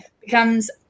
becomes